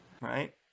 right